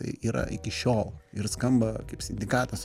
tai yra iki šiol ir skamba kaip sindikatas